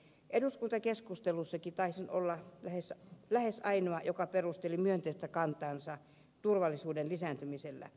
eduskuntakeskustelussakin taisin olla lähes ainoa joka perusteli myönteistä kantaansa turvallisuuden lisääntymisellä